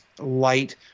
light